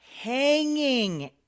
hanging